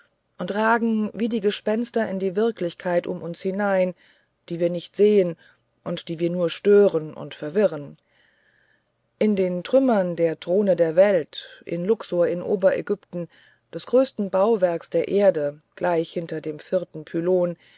und ragen wie die gespenster in die wirklichkeit um uns hinein die wir nicht sehen und die wir nur stören und verwirren in den trümmern der throne der welt in luxor in oberägypten des größten bauwerks der erde gleich hinter dem vierten